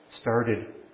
started